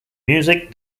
music